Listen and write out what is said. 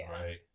Right